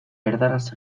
erdaraz